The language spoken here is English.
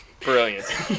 Brilliant